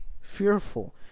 fearful